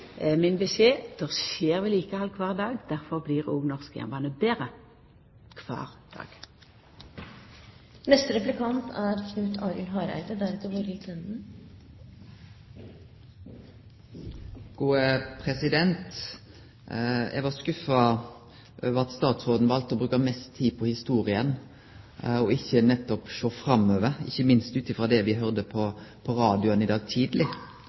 min beskjed: Det skjer vedlikehald kvar dag, difor blir òg norsk jernbane betre kvar dag. Eg var skuffa over at statsråden valde å bruke mest tid på historia, og ikkje nettopp å sjå framover – ikkje minst ut frå det me høyrde på radioen i dag tidleg.